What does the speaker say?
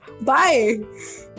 Bye